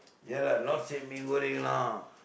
ya lah not say mee-goreng lah